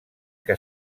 que